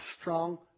strong